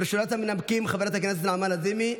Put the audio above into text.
ראשונת המנמקים, חברת הכנסת נעמה לזימי.